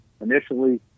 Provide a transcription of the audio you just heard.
initially